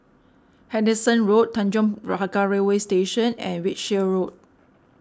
Henderson Road Tanjong Pagar Railway Station and Wiltshire Road